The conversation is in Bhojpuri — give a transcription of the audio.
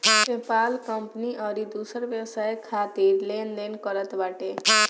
पेपाल कंपनी अउरी दूसर व्यवसाय खातिर लेन देन करत बाटे